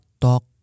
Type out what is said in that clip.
talk